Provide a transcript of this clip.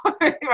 right